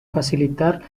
facilitar